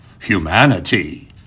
humanity